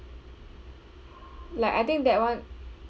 like I think that [one]